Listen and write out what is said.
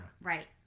Right